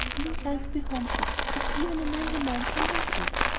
and inclined to be homesick, as even a manly man sometimes is.